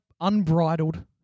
unbridled